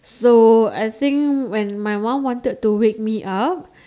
so I think when my mum wanted to wake me up